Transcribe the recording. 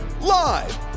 Live